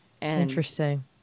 Interesting